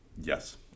Yes